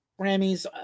Grammys